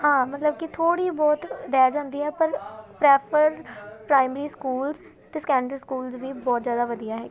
ਹਾਂ ਮਤਲਬ ਕਿ ਥੋੜ੍ਹੀ ਬਹੁਤ ਰਹਿ ਜਾਂਦੀ ਆ ਪਰ ਪ੍ਰੈਫਰ ਪ੍ਰਾਈਮਰੀ ਸਕੂਲਜ਼ ਅਤੇ ਸਕੈਂਡਰੀ ਸਕੂਲਜ਼ ਵੀ ਬਹੁਤ ਜ਼ਿਆਦਾ ਵਧੀਆ ਹੈਗੇ